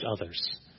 others